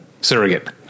surrogate